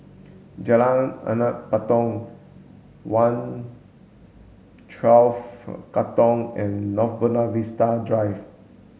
Jalan Anak Patong one twelve Katong and North Buona Vista Drive